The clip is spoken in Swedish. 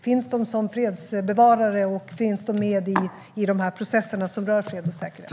Finns de som fredsbevarare, och finns de med i processerna som rör fred och säkerhet?